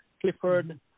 Clifford